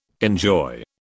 Enjoy